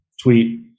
tweet